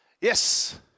Yes